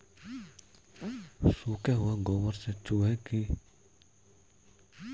सूखे हुए गोबर से चूल्हे भी जलाए जाते हैं